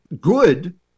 good